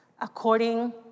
according